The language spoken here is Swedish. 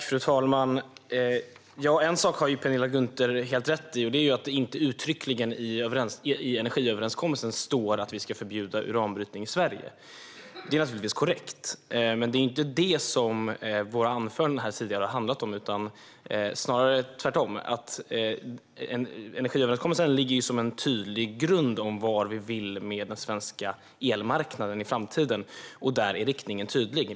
Fru talman! En sak har Penilla Gunther helt rätt i, och det är att det inte uttryckligen står i energiöverenskommelsen att vi ska förbjuda uranbrytning i Sverige. Det är naturligtvis korrekt. Men det är inte det som våra anföranden här tidigare har handlat om, utan snarare tvärtom. Energiöverenskommelsen ligger ju som en tydlig grund för vad vi vill med den svenska elmarknaden i framtiden, och där är riktningen tydlig.